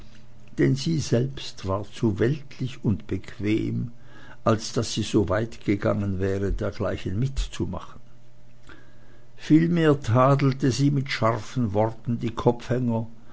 denn sie selbst war zu weltlich und bequem als daß sie soweit gegangen wäre dergleichen mitzumachen vielmehr tadelte sie mit scharfen worten die